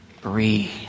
Breathe